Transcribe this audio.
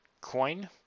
coin